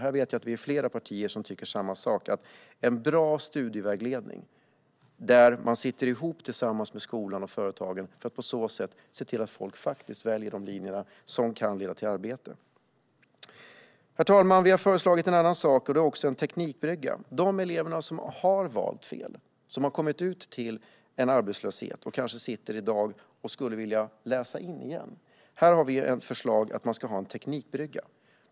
Här vet jag att vi är flera partier som tycker samma sak, nämligen att vi ska ha en bra studievägledning där skolan och företagen sitter tillsammans för att se till att eleverna faktiskt väljer de linjer som kan leda till arbete. Herr talman! Vi har föreslagit en annan sak, och det är en teknikbrygga. För de elever som har valt fel - som har kommit ut till en arbetslöshet och kanske i dag sitter och skulle vilja läsa in igen - har vi ett förslag om en teknikbrygga.